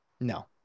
no